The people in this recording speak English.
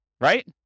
right